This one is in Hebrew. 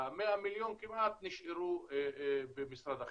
ו-100 מיליון כמעט נשארו במשרד החינוך.